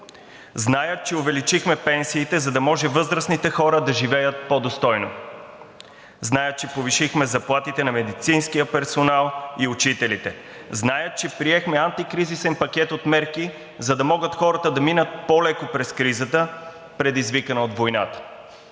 Знаят, че увеличихме пенсиите, за да може възрастните хора да живеят по-достойно. Знаят, че повишихме заплатите на медицинския персонал и учителите. Знаят, че приехме антикризисен пакет от мерки, за да могат хората да минат по-леко през кризата, предизвикана от войната.